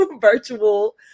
virtual